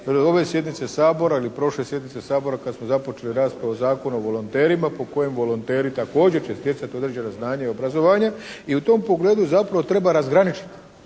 ove sjednice Sabora ili prošle sjednice Sabora kad smo započeli raspravu Zakona o volonterima po kojem volonteri također će stjecati određena znanja i obrazovanje. I u tom pogledu zapravo treba razgraničiti